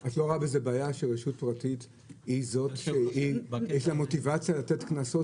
את לא רואה בזה בעיה שרשות פרטית היא זאת שיש לה מוטיבציה לתת קנסות,